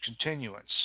continuance